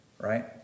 right